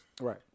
Right